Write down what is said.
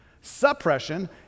Suppression